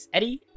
Eddie